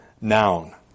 noun